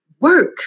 work